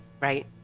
right